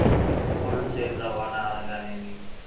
Cold chain రవాణా అనగా నేమి?